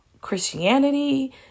Christianity